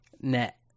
net